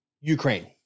Ukraine